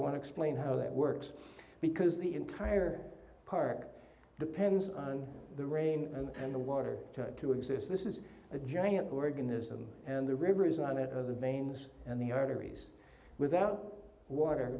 want to explain how that works because the entire park depends on the rain and the water to exist this is a giant organism and the river is one of the veins and the arteries without water